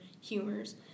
humors